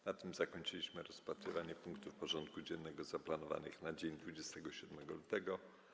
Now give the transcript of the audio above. Na tym zakończyliśmy rozpatrywanie punktów porządku dziennego zaplanowanych na dzień 27 lutego.